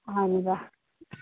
అవునురా